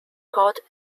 called